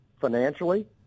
financially